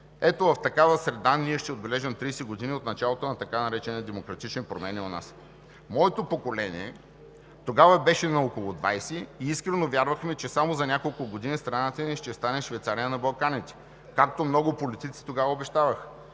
Ето в такава среда ние ще отбележим 30 години от началото на така наречените „демократични“ промени у нас. Моето поколение тогава беше на около 20 години и искрено вярвахме, че само за няколко години страната ни ще стане Швейцария на Балканите, както много политици тогава обещаваха.